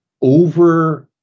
over